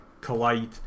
collide